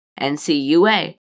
NCUA